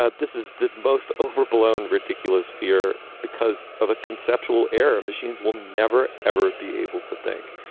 ah this is the most overblown, ridiculous fear because of a conceptual error. machines will never, ever be able to think.